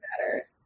better